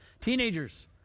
teenagers